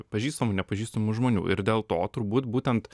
pažįstamų nepažįstamų žmonių ir dėl to turbūt būtent